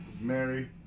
Mary